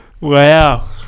Wow